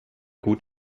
gut